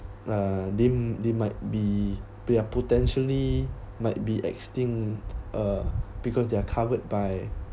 uh they they might be play a potentially might be extinct uh because they are covered by